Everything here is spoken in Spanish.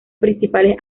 principales